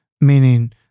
meaning